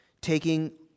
taking